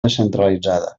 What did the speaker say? descentralitzada